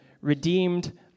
redeemed